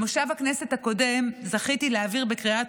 במושב הכנסת הקודם זכיתי להעביר בקריאה